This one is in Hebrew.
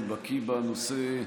שהוא בקי בנושא.